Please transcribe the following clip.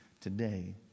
today